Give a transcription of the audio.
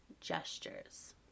gestures